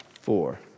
four